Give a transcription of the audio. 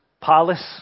palace